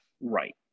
Right